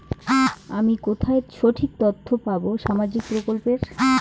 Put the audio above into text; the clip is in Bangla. আমি কোথায় সঠিক তথ্য পাবো সামাজিক প্রকল্পের?